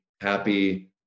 happy